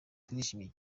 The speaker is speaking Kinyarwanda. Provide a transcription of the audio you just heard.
turishimye